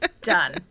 done